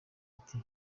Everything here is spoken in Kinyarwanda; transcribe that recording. ati